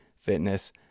fitness